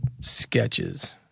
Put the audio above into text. sketches